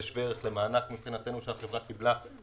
זה שווה ערך למענק שהחברה קיבלה.